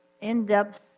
in-depth